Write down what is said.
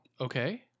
Okay